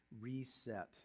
Reset